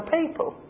people